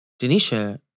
Denisha